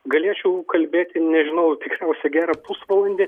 galėčiau kalbėti nežinau tikrinausia gerą pusvalandį